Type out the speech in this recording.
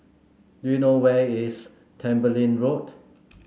do you know where is Tembeling Road